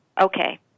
Okay